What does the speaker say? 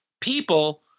people